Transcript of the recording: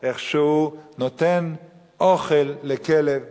שהוא נותן אוכל לכלב רעב.